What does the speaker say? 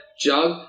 Jug